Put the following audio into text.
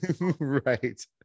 right